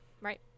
Right